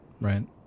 right